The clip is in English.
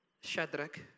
Shadrach